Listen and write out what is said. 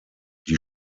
die